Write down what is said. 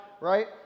right